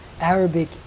arabic